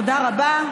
תודה רבה.